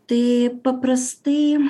tai paprastai